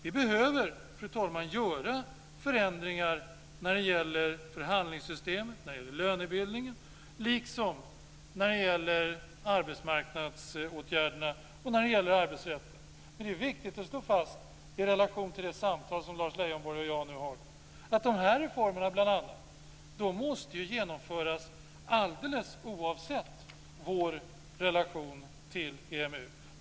Vi behöver göra förändringar när det gäller förhandlingssystem och när det gäller lönebildningen, liksom när det gäller arbetsmarknadsåtgärderna och arbetsrätten. Det är viktigt att slå fast, i relation till det samtal som Lars Leijonborg och jag nu har, att de här reformerna bl.a. måste genomföras alldeles oavsett vår relation till EMU.